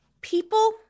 people